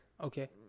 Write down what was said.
Okay